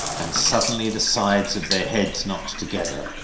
and suddenly the sides of their heads knocked together.